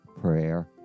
prayer